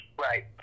right